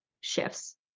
shifts